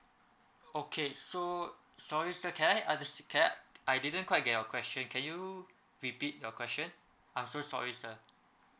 okay so sorry sir can I under~ can I I didn't quite get your question can you repeat your question I'm so sorry sir